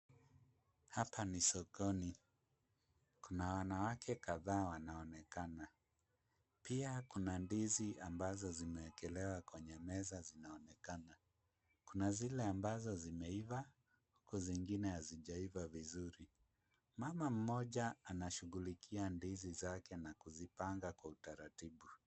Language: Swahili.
Hapa ni sokoni. Kuna wanawake kadhaa wanaonekana. Pia kuna ndizi ambazo zimewekelewa kwenye meza zinaonekana. Kuna zile ambazo zimeiva huku zingine hazijaiva vizuri. Mama mmoja anashughulikia ndizi zake na kuzipanga kwa utaratibu.